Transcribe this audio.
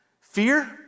fear